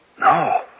No